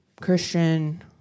Christian